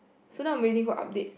so now I'm waiting for updates